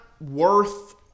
worth